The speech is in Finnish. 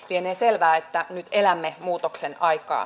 lienee selvää että nyt elämme muutoksen aikaa